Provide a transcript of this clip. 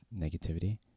negativity